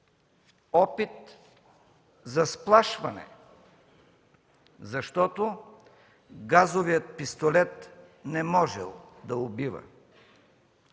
опит за сплашване, защото газовият пистолет не можел да убива.